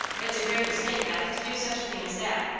it's a great mistake, beth, to do such a thing as that.